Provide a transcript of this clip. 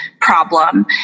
problem